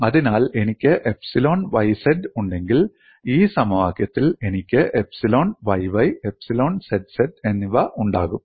അതിനാൽ എനിക്ക് epsilon yz ഉണ്ടെങ്കിൽ ഈ സമവാക്യത്തിൽ എനിക്ക് എപ്സിലോൺ yy എപ്സിലോൺ zz എന്നിവ ഉണ്ടാകും